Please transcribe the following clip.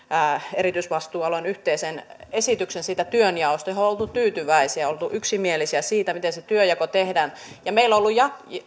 erityisvastuualueen yhteisen esityksen siitä työnjaosta johon on oltu tyytyväisiä oltu yksimielisiä siitä miten se työnjako tehdään meillä on ollut